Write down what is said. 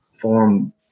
form